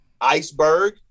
Iceberg